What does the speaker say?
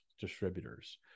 distributors